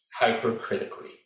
hypercritically